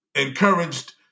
encouraged